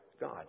God